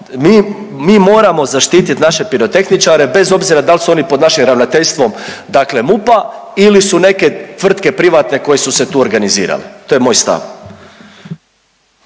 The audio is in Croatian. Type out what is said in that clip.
mi moramo zaštitit naše pirotehničare bez obzira dal su oni pod našim ravnateljstvom dakle MUP-a ili su neke tvrtke privatne koje su se tu organizirale, to je moj stav.